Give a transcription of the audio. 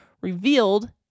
revealed